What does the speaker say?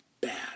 bad